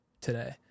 today